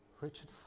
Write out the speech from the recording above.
Richard